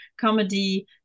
comedy